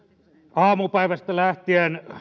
aamupäivästä lähtien